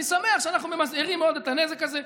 אני שמח שאנחנו ממזערים עוד את הנזק הזה,